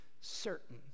certain